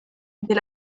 dès